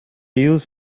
use